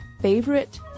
favorite